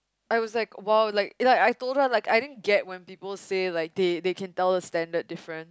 I was like !wow! like like I told her like I didn't get when people say like they they can tell the standard different